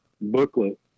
booklet